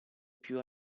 più